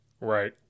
Right